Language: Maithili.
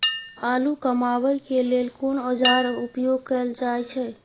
आलू कमाबै के लेल कोन औाजार उपयोग कैल जाय छै?